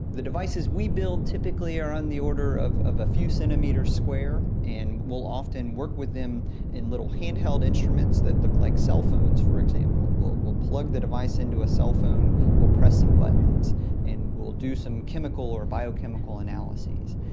the devices we build typically are on the order of of a few centimetres square, and we'll often work with them in little hand-held instruments that look like cell phones, for example. we'll we'll plug the device into a cell phone, we'll press some buttons and we'll do some chemical or biochemical analyses.